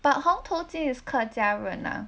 but 红头巾 is 客家人啊